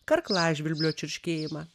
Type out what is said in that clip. karklažvirblio čirškėjimą